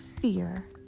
fear